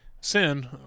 sin